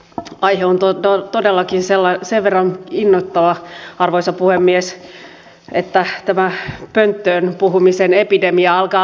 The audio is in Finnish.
aihe on todellakin sen verran innoittava että tämä pönttöön puhumisen epidemia alkaa levitä